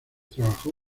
trabajó